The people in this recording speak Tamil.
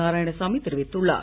நாராயணசாமி தெரிவித்துள்ளார்